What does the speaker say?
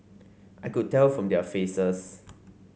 I could tell from their faces